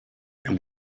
and